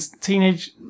Teenage